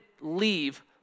leave